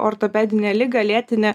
ortopedinę ligą lėtinę